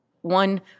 one